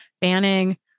Banning